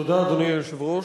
תודה, אדוני היושב-ראש.